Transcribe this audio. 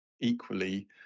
equally